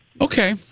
Okay